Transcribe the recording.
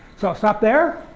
so i'll stop there.